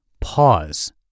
pause